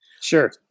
sure